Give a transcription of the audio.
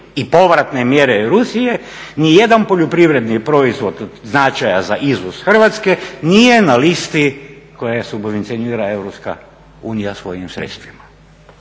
i povratne mjere Rusije ni jedan poljoprivredni proizvod od značaja za izvoz Hrvatske nije na listi koju subvencionira EU svojim sredstvima.